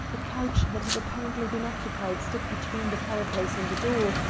a couch that had apparently been occupied stood between the fireplace and the door,